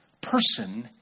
person